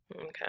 Okay